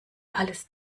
alles